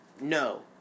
no